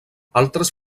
altres